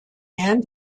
and